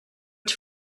its